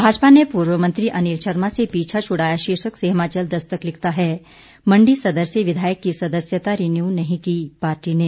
भाजपा ने पूर्व मंत्री अनिल शर्मा से पीछा छुड़ाया शीर्षक से हिमाचल दस्तक लिखता है मंडी सदर से विधायक की सदस्यता रिन्यू नहीं की पार्टी ने